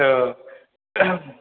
औ